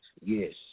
Yes